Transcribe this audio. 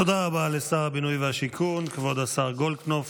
תודה רבה לשר הבינוי והשיכון כבוד השר גולדקנופ.